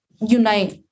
unite